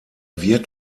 wird